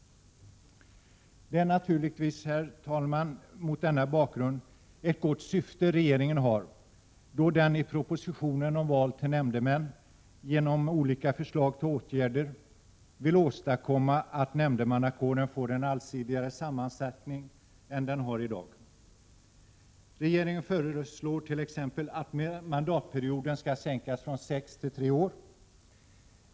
Det är naturligtvis mot denna bakgrund ett gott syfte som regeringen har, då den i propositionen om val till nämndemän genom olika förslag till åtgärder vill åstadkomma att nämndemannakåren får en allsidigare sammansättning än den i dag har. Regeringen föreslår t.ex. att mandatperioden skall kortas från sex till tre år.